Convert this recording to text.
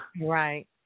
Right